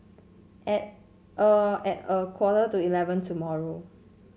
at a at a quarter to eleven tomorrow